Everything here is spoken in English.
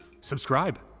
subscribe